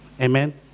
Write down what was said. Amen